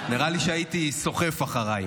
נראה לי שהייתי סוחף אחריי.